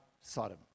Sodom